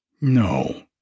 No